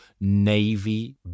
navy